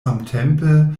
samtempe